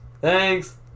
Thanks